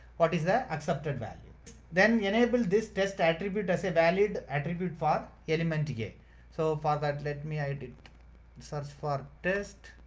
what is the accepted value then enable this test attribute as a valid attribute for element a. so for that let me. search for test.